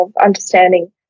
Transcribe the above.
understanding